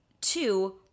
Two